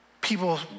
people